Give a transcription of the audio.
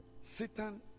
Satan